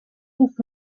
off